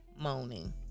moaning